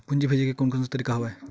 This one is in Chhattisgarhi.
पूंजी भेजे के कोन कोन से तरीका हवय?